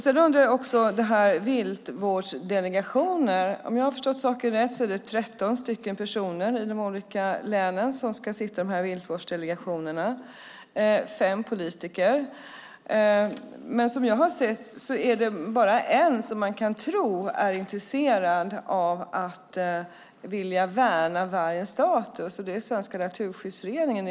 Beträffande viltvårdsdelegationer är det, om jag har förstått saken rätt, 13 personer i de olika länen som ska sitta i viltvårdsdelegationerna, fem är politiker. Men som jag har sett är det bara en som man kan tro är intresserad av att vilja värna vargens status, och det är Naturskyddsföreningen.